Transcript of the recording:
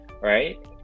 right